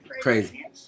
Crazy